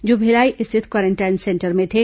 जो भिलाई स्थित quarantine centre में थे